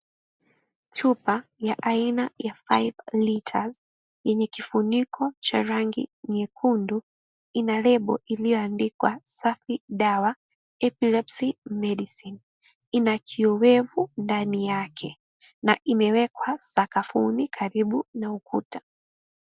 Chupa ya aina ya 5 litres yenye kifuniko cha rangi nyekundu ina label iliyoandikwa safi dawa epilepsy medicine ina kiowevu ndani yake na imeekwa sakafuni karibu na ukuta.